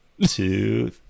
two